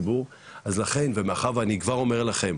אז לכן ומאחר ואני כבר אומר לכם,